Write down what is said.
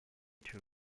too